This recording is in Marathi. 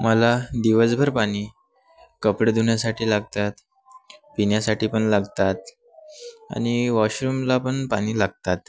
मला दिवसभर पाणी कपडे धुण्यासाठी लागतात पिण्यासाठी पण लागतात आणि वॉशरूमला पण पाणी लागतात